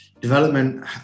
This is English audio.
development